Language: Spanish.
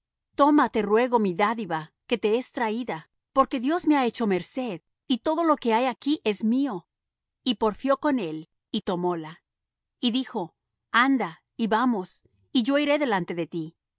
te ruego mi dádiva que te es traída porque dios me ha hecho merced y todo lo que hay aquí es mío y porfió con él y tomóla y dijo anda y vamos y yo iré delante de ti